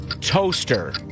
Toaster